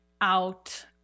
out